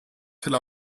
tel